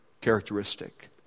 characteristic